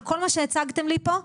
על כל מה שהצגתם לי פה,